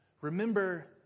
Remember